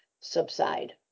subside